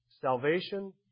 Salvation